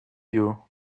you